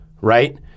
right